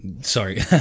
Sorry